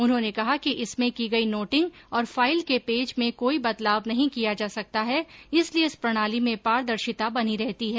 उन्होंने कहा कि इसमें की गई नोटिंग और फाइल के पेज में कोई बदलाव नहीं किया जा सकता है इसलिये इस प्रणाली में पारदर्शिता बनी रहती है